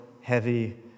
heavy